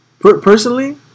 personally